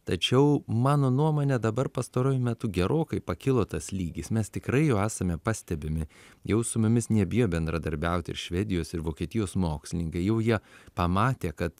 tačiau mano nuomone dabar pastaruoju metu gerokai pakilo tas lygis mes tikrai jau esame pastebimi jau su mumis nebijo bendradarbiauti ir švedijos ir vokietijos mokslininkai jau jie pamatė kad